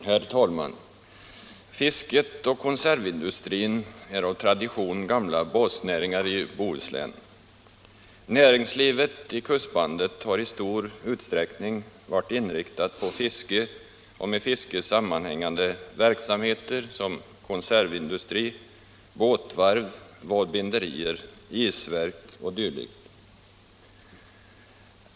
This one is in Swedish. Herr talman! Fisket och konservindustrin är av gammal tradition basnäringar i Bohuslän. Näringslivet i kustbandet har i stor utsträckning varit inriktat på fiske och med fiske sammanhängande verksamheter som konservindustri, båtvarv, vadbinderier och isverk.